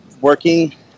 working